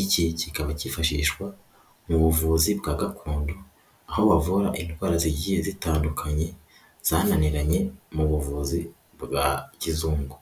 iki kikaba cyifashishwa mu buvuzi bwa gakondo aho bavura indwara zigiye zitandukanye zananiranye mu buvuzi bwa kizungu.